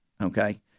Okay